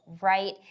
right